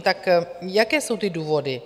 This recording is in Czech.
Tak jaké jsou ty důvody?